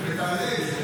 אבל תעלה את זה,